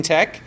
Tech